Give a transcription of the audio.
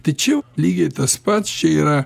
tačiau lygiai tas pats čia yra